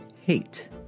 hate